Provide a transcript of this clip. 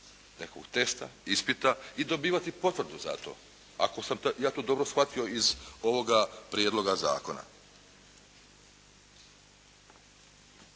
vrst testa, ispita i dobivati potvrdu za to. Ako sam ja to dobro shvatio iz ovoga prijedloga zakona.